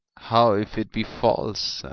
how if it be false,